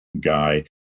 guy